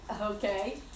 Okay